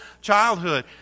childhood